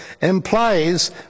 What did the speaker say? implies